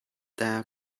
their